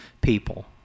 people